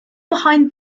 behind